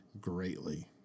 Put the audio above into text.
greatly